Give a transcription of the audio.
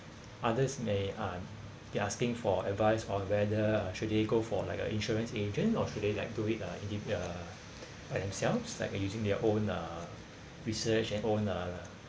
others may um they're asking for advice on whether should they go for like uh insurance agent or should they like do it uh indi~ way uh by themselves like using their own uh research and own uh